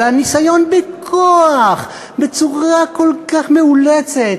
אבל הניסיון בכוח, בצורה כל כך מאולצת,